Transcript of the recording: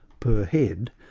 per head.